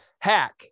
hack